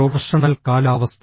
professional കാലാവസ്ഥ